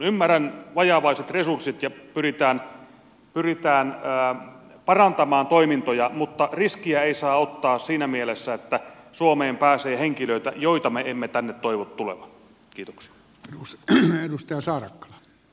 ymmärrän vajavaiset resurssit ja pyritään parantamaan toimintoja mutta riskiä ei saa ottaa siinä mielessä että suomeen pääsee henkilöitä joita me emme tänne toivo tulevan